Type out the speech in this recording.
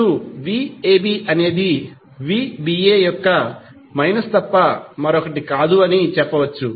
మీరు vab అనేది vba యొక్క మైనస్ తప్ప మరొకటి కాదు అని చెప్పవచ్చు